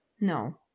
No